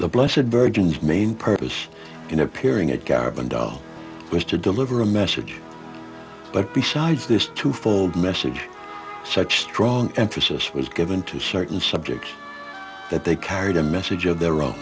the blessid virgin's main purpose in appearing at carbondale was to deliver a message but besides this two fold message such strong emphasis was given to certain subjects that they carried a message of their own